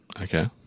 okay